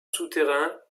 souterrain